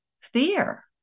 fear